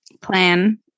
plan